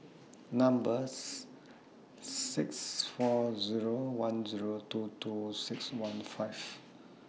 numbers six four Zero one Zero two two six one five